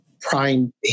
prime